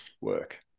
work